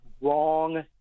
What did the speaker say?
wrong